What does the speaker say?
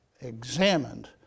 examined